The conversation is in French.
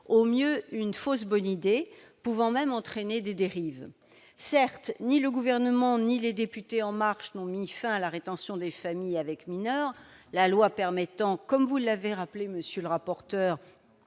au mieux une fausse bonne idée, pouvant même entraîner des dérives. Certes, ni le Gouvernement ni les députés En Marche n'ont mis fin à la rétention des familles avec mineurs, la loi permettant, comme vous l'avez rappelé, monsieur le rapporteur,